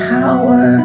power